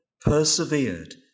persevered